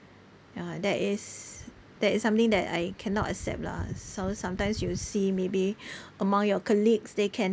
ya that is that is something that I cannot accept lah so sometimes you see maybe among your colleagues they can